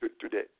today